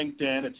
LinkedIn